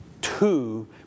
Two